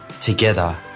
together